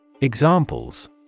Examples